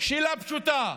שאלה פשוטה: